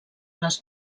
les